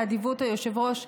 באדיבות היושב-ראש,